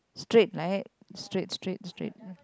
straight right straight straight straight